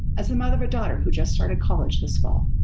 as a mother of a daughter who just started college this fall,